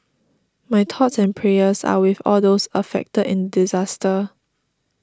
my thoughts and prayers are with all those affected in disaster